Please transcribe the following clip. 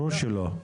ברור שלא.